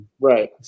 right